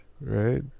Right